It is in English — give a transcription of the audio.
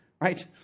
right